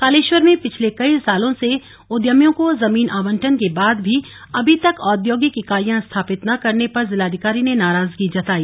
कालेश्वर में पिछले कई सालों से उद्यमियों को जमीन आवंटन के बाद भी अभी तक औद्योगिक इकाइयां स्थापित न करने पर जिलाधिकारी ने नाराजगी जताई